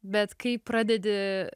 bet kai pradedi